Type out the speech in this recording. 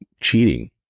cheating